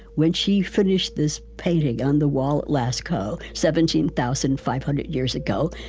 when she finished this painting on the wall lascaux, seventeen thousand five hundred years ago,